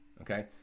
Okay